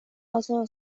also